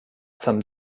some